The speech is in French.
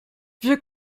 vieux